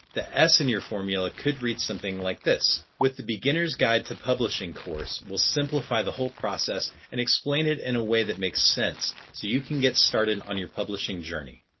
the s in your formula could read something like this with the beginners guide to publishing course we'll simplify the whole process and explain it and a way that makes sense, so you can get started on your publishing journey.